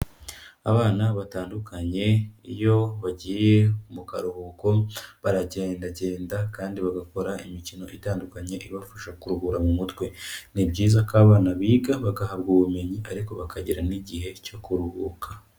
Abana batandukanye iyo bagiye mu karuhuko, baragendagenda kandi bagakora imikino itandukanye ibafasha kuruhura mu mutwe. Ni byiza ko abana biga, bagahabwa ubumenyi ariko bakagira n'igihe cyo kuruhuka.